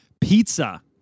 Pizza